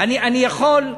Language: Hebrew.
אני יכול,